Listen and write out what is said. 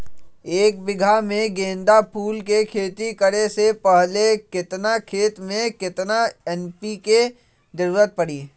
एक बीघा में गेंदा फूल के खेती करे से पहले केतना खेत में केतना एन.पी.के के जरूरत परी?